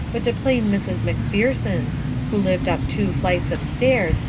but to plain mrs. macpherson's, who lived up two flights of stairs,